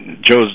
Joe's